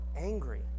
angry